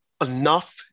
enough